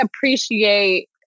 appreciate